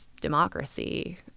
democracy